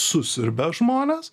susiurbia žmones